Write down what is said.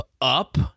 up